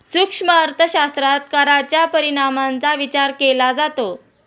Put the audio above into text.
सूक्ष्म अर्थशास्त्रात कराच्या परिणामांचा विचार केला जातो